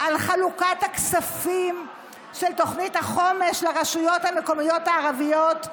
על חלוקת הכספים של תוכנית החומש לרשויות המקומיות הערביות?